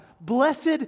Blessed